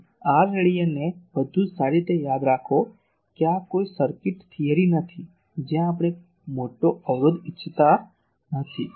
તેથી R રેડિયનને વધુ સારી રીતે યાદ રાખો કે આ કોઈ સર્કિટ થિયરી નથી જ્યાં આપણે મોટો અવરોધ ઇચ્છતા નથી